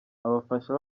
abafasha